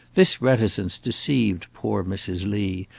this reticence deceived poor mrs. lee,